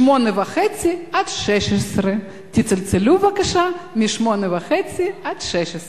הן מ-8:30 עד 16:00. תצלצלו בבקשה מ-08:30 עד 16:00,